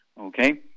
okay